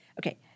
Okay